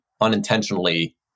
unintentionally